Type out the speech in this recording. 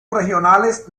regionales